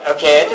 Okay